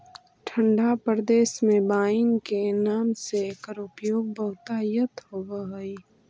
ठण्ढा प्रदेश में वाइन के नाम से एकर उपयोग बहुतायत होवऽ हइ